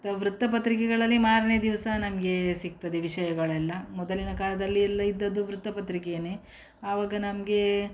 ವೃತ್ತಪತ್ರಿಕೆಗಳಲ್ಲಿ ಮಾರನೇ ದಿವಸ ನಮಗೆ ಸಿಗ್ತದೆ ವಿಷಯಗಳೆಲ್ಲ ಮೊದಲಿನ ಕಾಲದಲ್ಲಿ ಎಲ್ಲ ಇದ್ದದ್ದು ವೃತ್ತಪತ್ರಿಕೇನೆ ಆವಾಗ ನಮಗೆ